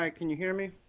um can you hear me?